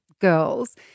girls